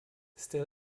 still